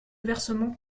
versement